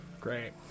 Great